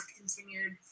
continued